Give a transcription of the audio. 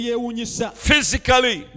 Physically